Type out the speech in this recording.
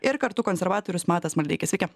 tvarkyti ir kartu konservatorius matas maldeikis sveiki